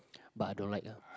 but I don't like ah